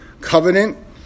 covenant